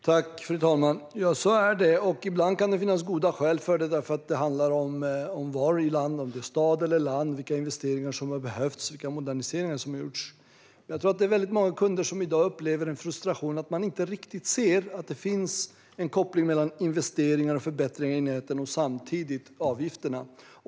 Fru talman! Ja, så är det. Ibland kan det finnas goda skäl till det. Det kan handla om var i landet det är, om det är i stad eller land, vilka investeringar som har behövts och vilka moderniseringar som har gjorts. Jag tror att det är många kunder som i dag upplever en frustration över att de inte riktigt ser att det finns en koppling mellan å ena sidan investeringar och förbättringar i näten och å andra sidan avgifterna.